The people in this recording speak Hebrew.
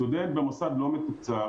סטודנט במוסד לא מתוקצב,